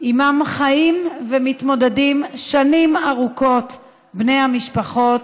שעימם חיים ומתמודדים שנים ארוכות בני המשפחות,